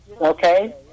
Okay